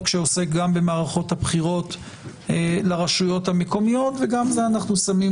זה חוק שעוסק גם במערכות הבחירות לרשויות המקומיות גם זה אנחנו שמים